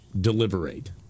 deliberate